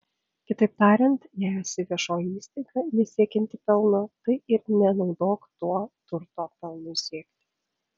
kitaip tariant jei esi viešoji įstaiga nesiekianti pelno tai ir nenaudok to turto pelnui siekti